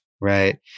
right